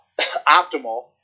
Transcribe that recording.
optimal